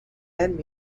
and